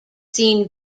seen